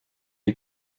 die